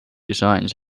designs